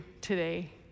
today